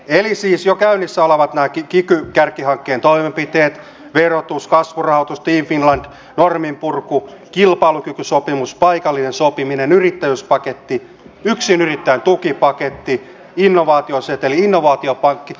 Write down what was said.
eli siis jo käynnissä ovat nämä kiky kärkihankkeen toimenpiteet verotus kasvurahoitus team finland norminpurku kilpailukykysopimus paikallinen sopiminen yrittäjyyspaketti yksinyrittäjän tukipaketti innovaatioseteli innovaatiopankki